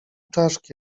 czaszki